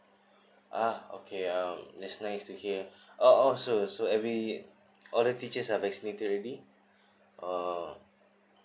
ah okay uh that's nice to hear oh oh so so every all the teachers are vaccinated already oh